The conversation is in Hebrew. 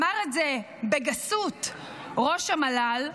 אמר את זה בגסות ראש המל"ל,